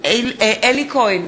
אלי כהן,